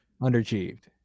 Underachieved